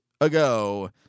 ago